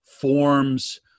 forms